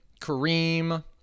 Kareem